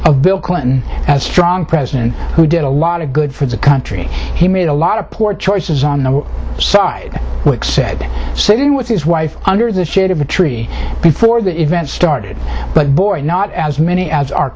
of bill clinton as strong president who did a lot of good for the country he made a lot of poor choices on the side sitting with his wife under the shade of a tree before that event started but boy not as many as our